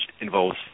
involves